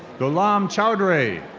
golam chowdhury.